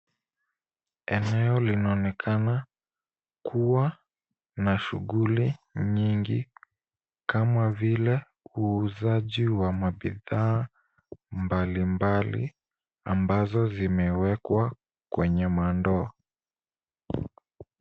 Eneo linaonekana kuwa na shughuli nyingi kama vile uuzaji wa mabidhaa mbalimbali ambazo zimewekwa kwenye mandoo.